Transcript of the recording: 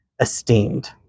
esteemed